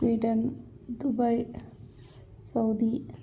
Sweden Dubai Saudi